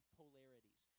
polarities